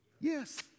Yes